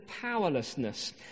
powerlessness